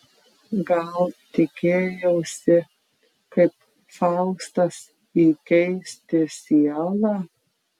gal tikėjausi kaip faustas įkeisti sielą